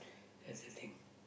that's the thing